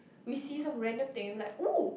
we see some random thing and be like ooh